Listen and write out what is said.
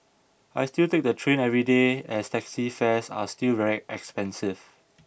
I still take the train every day as taxi fares are still very expensive